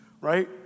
Right